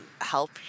help